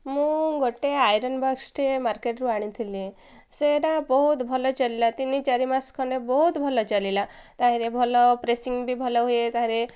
ମୁଁ ଗୋଟେ ଆଇରନ୍ ବକ୍ସଟେ ମାର୍କେଟରୁ ଆଣିଥିଲି ସେଟା ବହୁତ ଭଲ ଚାଲିଲା ତିନି ଚାରି ମାସ ଖଣ୍ଡେ ବହୁତ ଭଲ ଚାଲିଲା ସେଥିରେ ଭଲ ପ୍ରେସିଂ ବି ଭଲ ହୁଏ ସେଥିରେ